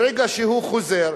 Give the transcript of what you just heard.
ברגע שהוא חוזר,